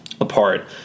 apart